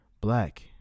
black